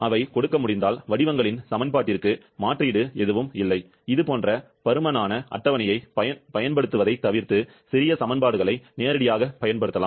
அவை கொடுக்க முடிந்தால் வடிவங்களின் சமன்பாட்டிற்கு மாற்றீடு எதுவும் இல்லை இதுபோன்ற பருமனான அட்டவணையைப் பயன்படுத்துவதைத் தவிர்த்து சிறிய சமன்பாடுகளை நேரடியாகப் பயன்படுத்தலாம்